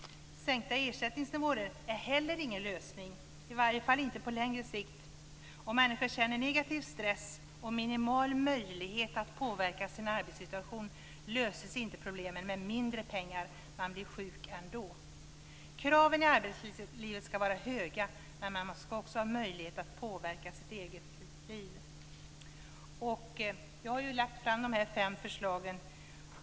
Sänkta ersättningsnivåer är heller ingen lösning, i varje fall inte på längre sikt. Om människor känner negativ stress och en minimal möjlighet att påverka sin arbetssituation löses inte problemen med mindre pengar. Man blir sjuk ändå. Kraven i arbetslivet ska vara höga, men man ska också ha en möjlighet att påverka sitt eget liv. Jag har lagt fram de här fem förslagen.